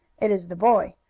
it is the boy.